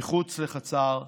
מחוץ לחצר העסק.